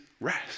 rest